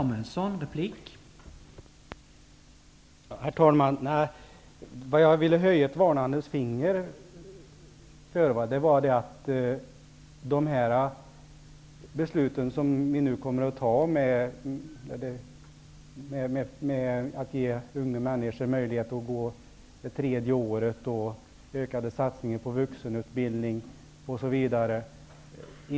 Herr talman! Det jag ville höja ett varnande finger för var de beslut som vi nu kommer att fatta om att ge unga människor en möjlighet att gå ett tredje år på gymnasieskolan, ökade satsningar på vuxenutbildning osv.